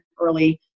early